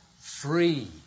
free